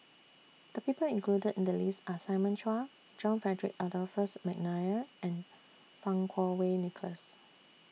The People included in The list Are Simon Chua John Frederick Adolphus Mcnair and Fang Kuo Wei Nicholas